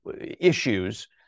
issues